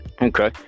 Okay